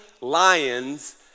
lions